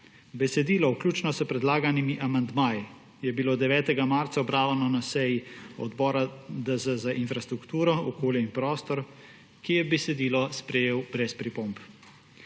Besedilo, vključno s predlaganimi amandmaji, je bilo 9. marca obravnavano na seji Odbora DZ za infrastrukturo, okolje in prostor, ki je besedilo sprejel brez pripomb.